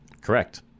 Correct